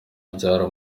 abyara